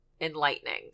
enlightening